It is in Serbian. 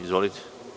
Izvolite.